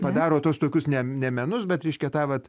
padaro tuos tokius ne ne menus bet reiškia tą vat